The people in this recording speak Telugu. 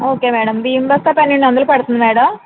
ఓకే మేడం బియ్యం బస్తా పన్నెండు వందలు పడుతుంది మేడం